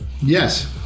Yes